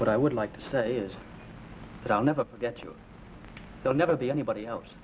but i would like to say is that i'll never forget you i'll never be anybody else